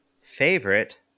favorite